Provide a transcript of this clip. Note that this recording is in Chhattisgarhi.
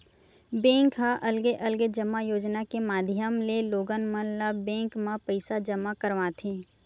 बेंक ह अलगे अलगे जमा योजना के माधियम ले लोगन मन ल बेंक म पइसा जमा करवाथे